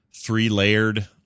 three-layered